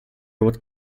would